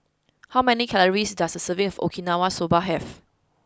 how many calories does a serving of Okinawa soba have